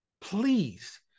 please